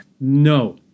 no